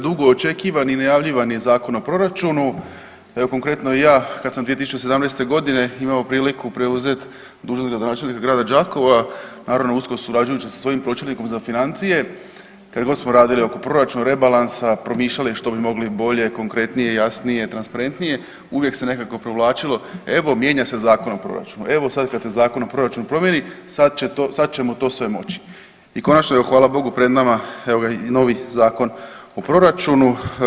Dugo očekivani i najavljivani Zakon o proračunu, konkretno i ja kad sam 2017.g. imao priliku preuzet dužnost gradonačelnika grada Đakova naravno usko surađujući sa svojim pročelnikom za financije kad god smo radili oko proračuna rebalansa promišljali što bi mogli bolje, konkretnije, jasnije i transparentnije uvijek se nekako provlačilo evo mijenja se Zakon o proračunu, evo sad kad se Zakon o proračunu promijeni sad ćemo to sve moći i konačno je evo hvala Bogu pred nama evo ga i novi Zakon o proračunu.